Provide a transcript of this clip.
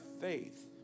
faith